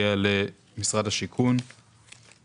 יש אבחנה מלאה והפרדה מדויקת מאוד בין תקציבי